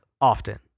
often